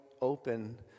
open